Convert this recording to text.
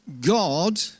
God